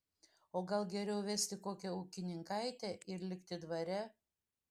o gal geriau vesti kokią ūkininkaitę ir likti dvare